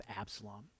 Absalom